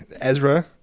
Ezra